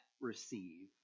receive